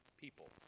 people